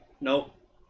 Nope